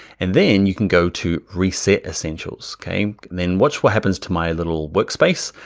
and then you can go to reset essentials, okay. and then watch what happens to my little workspace,